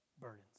burdens